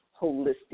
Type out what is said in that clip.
holistic